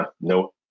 no